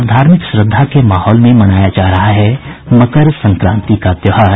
और धार्मिक श्रद्वा के माहौल में मनाया जा रहा है मकर संक्रांति का त्योहार